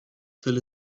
till